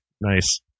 Nice